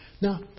now